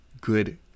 good